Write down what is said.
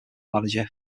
manager